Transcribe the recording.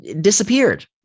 disappeared